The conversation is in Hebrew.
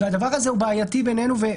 הדבר הזה הוא בעייתי, בעינינו.